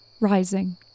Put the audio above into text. rising